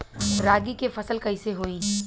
रागी के फसल कईसे होई?